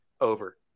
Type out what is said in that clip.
Over